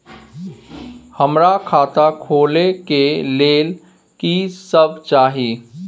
हमरा खाता खोले के लेल की सब चाही?